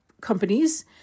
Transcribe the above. companies